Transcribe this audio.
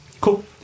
Cool